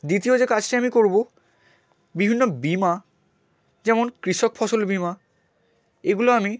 দ্বিতীয় যে কাজটি আমি করবো বিভিন্ন বীমা যেমন কৃষক ফসল বীমা এগুলো আমি